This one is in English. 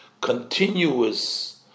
continuous